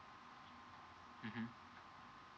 mmhmm